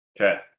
Okay